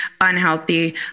unhealthy